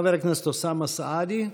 חבר הכנסת אוסאמה סעדי,